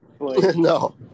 No